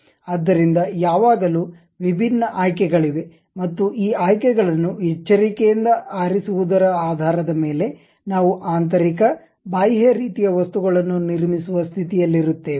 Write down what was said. ಆದ್ದರಿಂದ ಯಾವಾಗಲೂ ವಿಭಿನ್ನ ಆಯ್ಕೆಗಳಿವೆ ಮತ್ತು ಈ ಆಯ್ಕೆಗಳನ್ನು ಎಚ್ಚರಿಕೆಯಿಂದ ಆರಿಸುವುದರ ಆಧಾರದ ಮೇಲೆ ನಾವು ಆಂತರಿಕ ಬಾಹ್ಯ ರೀತಿಯ ವಸ್ತುಗಳನ್ನು ನಿರ್ಮಿಸುವ ಸ್ಥಿತಿಯಲ್ಲಿರುತ್ತೇವೆ